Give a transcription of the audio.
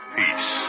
peace